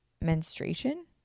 menstruation